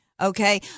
Okay